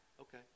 Okay